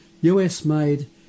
US-made